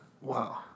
Wow